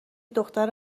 دختر